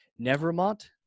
Nevermont